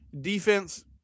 Defense